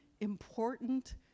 important